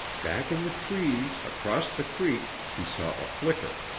back in the trees across the creek he saw a flicker.